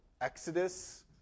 Exodus